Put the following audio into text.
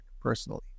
personally